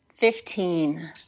Fifteen